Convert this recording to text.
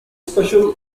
special